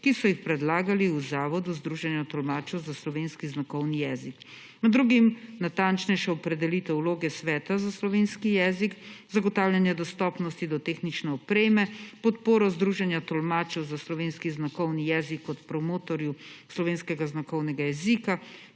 ki so jih predlagali v Zavodu združenja tolmačev za slovenski znakovni jezik. Med drugim natančnejša opredelitev vloge sveta za slovenski jezik, zagotavljanje dostopnosti do tehnične opreme, podporo Združenja tolmačev za slovenski znakovni jezik, kot promotorju slovenskega znakovnega jezika,